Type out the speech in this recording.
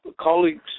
colleagues